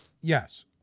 Yes